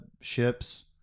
ships